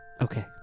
Okay